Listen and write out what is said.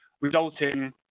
resulting